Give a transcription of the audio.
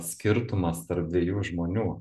skirtumas tarp dviejų žmonių